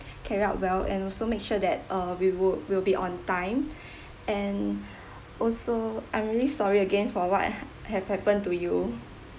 carried out well and also make sure that uh we would we'll be on time and also I'm really sorry again for what ha~ have happened to you